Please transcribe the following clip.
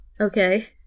okay